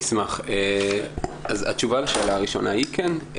אני אשמח, אז התשובה לשאלה הראשונה היא כן.